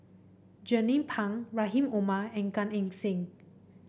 Jernnine Pang Rahim Omar and Gan Eng Seng